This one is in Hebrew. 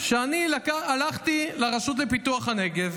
אני הלכתי לרשות לפיתוח הנגב,